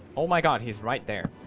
oh my god. he's right there